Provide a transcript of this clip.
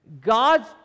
God's